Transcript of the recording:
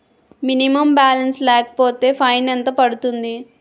Minimum balance లేకపోతే fine ఎంత పడుతుంది?